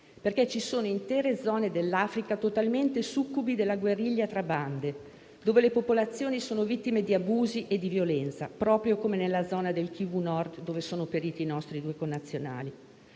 perché ci sono intere zone totalmente succubi della guerriglia tra bande, dove le popolazioni sono vittime di abusi e di violenza, proprio come nel Kivu Nord, dove sono periti nostri due connazionali.